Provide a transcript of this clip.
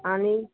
आनी